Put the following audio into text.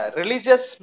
religious